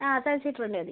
ആ ട്വൽവ് സീറ്റർൻ്റെ മതി